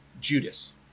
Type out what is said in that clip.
Judas